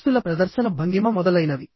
దుస్తుల ప్రదర్శన భంగిమ మొదలైనవి